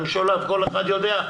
כל אחד יודע,